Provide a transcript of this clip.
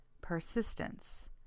persistence